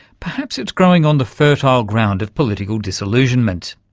perhaps it's growing on the fertile ground of political disillusionment.